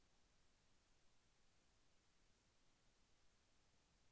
నా బ్యాంక్ ఖాతాని వేరొక బ్యాంక్కి ట్రాన్స్ఫర్ చేయొచ్చా?